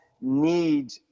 need